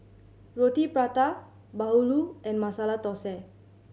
Roti Prata bahulu and Masala Thosai